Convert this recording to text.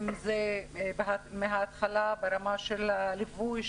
אם זה מההתחלה בליווי,